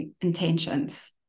intentions